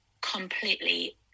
completely